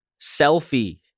selfie